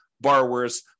borrowers